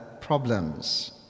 problems